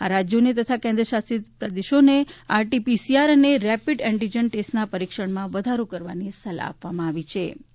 આ રાજ્યોને તથા કેન્દ્રશાસિત કેન્દ્રોને આરટી પીસીઆર અને રેપિડ એન્ટિજેન ટેસ્ટના પરીક્ષણમાં વધારો કરવાની સલાહ આપવામાં આવી છાં